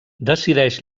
decideix